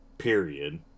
period